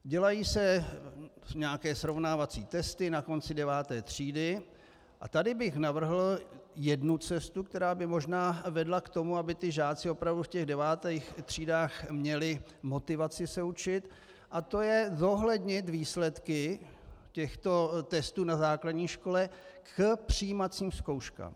Dělají se nějaké srovnávací testy na konci deváté třídy a tady bych navrhl jednu cestu, která by možná vedla k tomu, aby žáci opravdu v devátých třídách měli motivaci se učit, a to je zohlednit výsledky těchto testů na základní škole k přijímacím zkouškám.